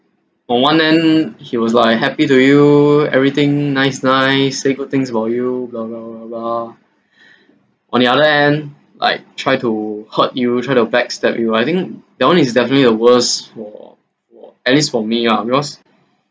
on one hand he was like happy to you everything nice nice say good things about you blah blah blah blah on the other hand like try to hurt you try to back stab you I think that one is definitely a worst for for at least for me lah because